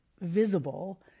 visible